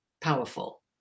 powerful